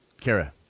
Kara